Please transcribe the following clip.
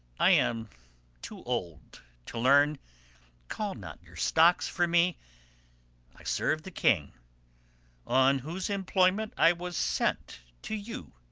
i am too old to learn call not your stocks for me i serve the king on whose employment i was sent to you